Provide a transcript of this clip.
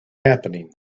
happening